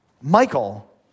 Michael